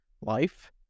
life